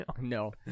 No